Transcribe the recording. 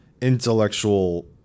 Intellectual